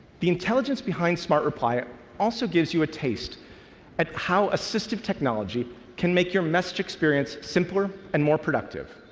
the intelligence behind smart reply also gives you a taste at how assistive technology can make your message experience simpler and more productive.